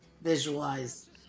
visualize